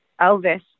Elvis